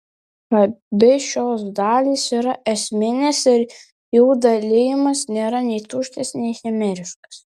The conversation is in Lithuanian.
abi šios dalys yra esminės ir jų dalijimas nėra nei tuščias nei chimeriškas